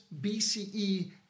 BCE